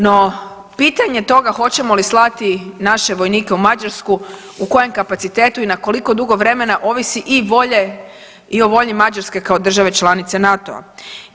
No, pitanje toga hoćemo li slati naše vojnike u Mađarsku, u kojem kapacitetu i na koliko dugo vremena ovisi i volje i o volji Mađarske kao državi članice NATO-a.